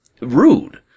rude